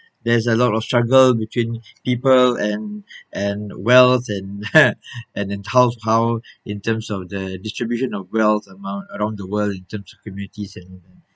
there's a lot of struggle between people and and the wealth and and how how in terms of the distribution of wealth among around the world in terms of communities and